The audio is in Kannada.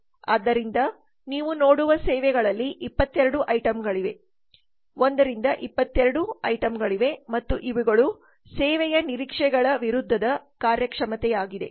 ಆದ್ದರಿಂದ ನೀವು ನೋಡುವ ಸೇವೆಗಳಲ್ಲಿ 22 ಐಟಂಗಳಿವೆ 1 22 22 ಐಟಂಗಳಿವೆ ಮತ್ತು ಇವುಗಳು ಸೇವೆಯ ನಿರೀಕ್ಷೆಗಳ ವಿರುದ್ಧದ ಕಾರ್ಯಕ್ಷಮತೆಯಾಗಿದೆ